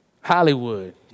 Hollywood